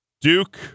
Duke